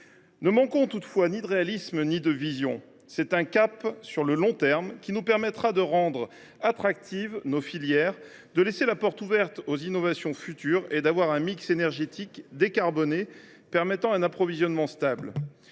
Ne manquons toutefois ni de réalisme ni de vision : seul un cap sur le long terme nous permettra de rendre attractives nos filières, de laisser la porte ouverte aux innovations futures et d’avoir un mix énergétique décarboné, permettant un approvisionnement stable.